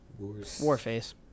Warface